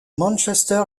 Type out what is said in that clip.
manchester